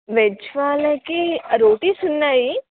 veg వాళ్ళకి రోటీస్ ఉన్నాయి